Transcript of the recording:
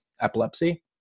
epilepsy